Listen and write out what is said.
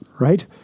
right